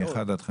מ-1 עד 5?